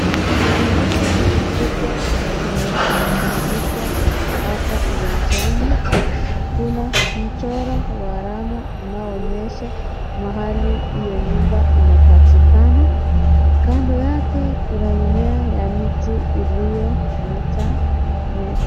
Kizingiti kikubwa kimetandikwa hapa uwanjani. Kuna mchoro wa alama unayoonyesha mahali hiyo nyumba inapatikana. Kando yake, kuna mimea ya miti iliyometameta.